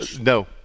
No